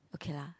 okay lah